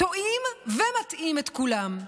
טועים ומטעים את כולם.